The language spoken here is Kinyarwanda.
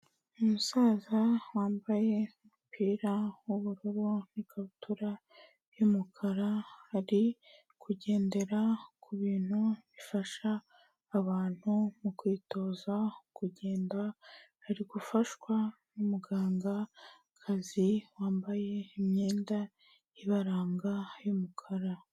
Umusaza wambaye umupira w'ubururu n'ikabutura y'umukara, ari kugendera ku bintu bifasha abantu mu kwitoza kugenda, ari gufashwa n'umugangakazi wambaye imyenda ibaranga y'umukara.